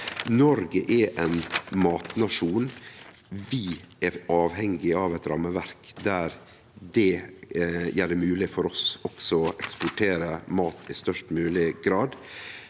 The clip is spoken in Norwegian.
Noreg er ein matnasjon. Vi er avhengige av eit rammeverk som gjer det mogleg for oss å eksportere mat i størst mogleg grad.